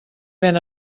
ven